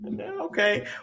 Okay